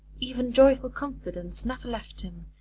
even joyful confidence, never left him,